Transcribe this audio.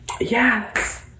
Yes